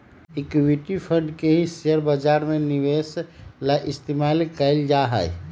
equity fund के ही share बाजार में निवेश ला इस्तेमाल कइल जाहई